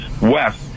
west